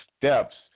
steps